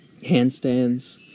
handstands